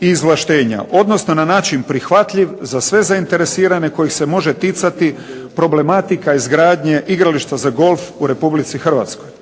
i izvlaštenja, odnosno na način prihvatljiv za sve zainteresirane kojih se može ticati problematika izgradnje igrališta za golf u Republici Hrvatskoj.